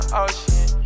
ocean